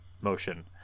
motion